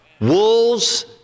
Wolves